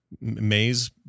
maze